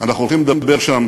אנחנו הולכים לדבר שם